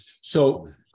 So-